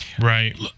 Right